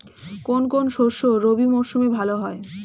কোন কোন শস্য রবি মরশুমে ভালো হয়?